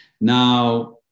Now